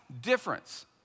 difference